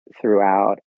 throughout